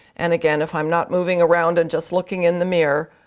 and again if i'm not moving around and just looking in the mirror,